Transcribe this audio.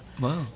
Wow